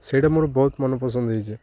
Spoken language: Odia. ସେଇଟା ମୋର ବହୁତ ମନପସନ୍ଦ ହେଇଛି